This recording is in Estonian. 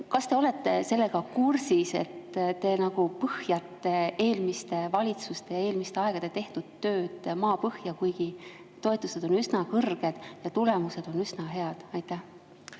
Kas te olete sellega kursis? Te põhjate eelmiste valitsuste ja varasemal ajal tehtud tööd maapõhja, kuigi toetused on üsna kõrged ja tulemused üsna head. Suur